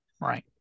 Right